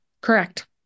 correct